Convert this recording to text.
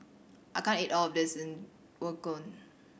I can't eat all of this Gyudon